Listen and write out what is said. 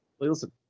Listen